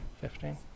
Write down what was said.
Fifteen